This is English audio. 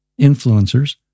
influencers